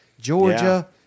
Georgia